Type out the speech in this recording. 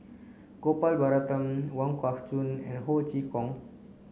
Gopal Baratham Wong Kah Chun and Ho Chee Kong